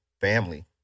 family